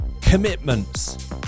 commitments